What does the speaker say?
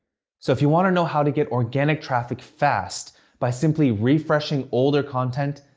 so if you want to know how to get organic traffic fast by simply refreshing older content,